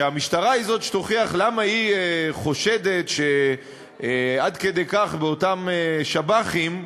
שהמשטרה היא זו שתוכיח למה היא חושדת עד כדי כך באותם שב"חים,